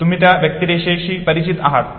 तुम्ही त्या व्यक्तिरेखेशी परिचित आहात